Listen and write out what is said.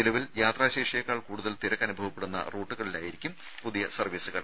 നിലവിൽ യാത്രാശേഷിയേക്കാൾ കൂടുതൽ തിരക്ക് അനുഭവപ്പെടുന്ന റൂട്ടുകളിലായിരിക്കും പുതിയ സർവ്വീസുകൾ